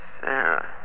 Sarah